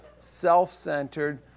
self-centered